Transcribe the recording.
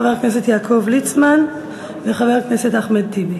חבר הכנסת יעקב ליצמן וחבר הכנסת אחמד טיבי.